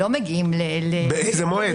באיזה מועד?